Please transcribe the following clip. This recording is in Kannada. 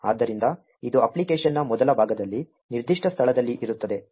ಆದ್ದರಿಂದ ಇದು ಅಪ್ಲಿಕೇಶನ್ನ ಮೊದಲ ಭಾಗದಲ್ಲಿ ನಿರ್ದಿಷ್ಟ ಸ್ಥಳದಲ್ಲಿ ಇರುತ್ತದೆ